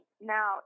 now